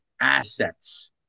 assets